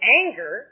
anger